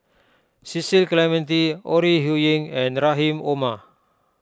Cecil Clementi Ore Huiying and Rahim Omar